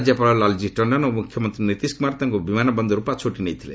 ରାଜ୍ୟପାଳ ଲାଲ୍ଜୀ ଟଣ୍ଡନ ଓ ମୁଖ୍ୟମନ୍ତ୍ରୀ ନୀତିଶ କୁମାର ତାଙ୍କୁ ବିମାନ ବନ୍ଦରରୁ ପାଛୋଟି ନେଇଥିଲେ